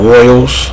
Royals